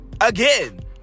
again